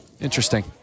Interesting